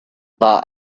that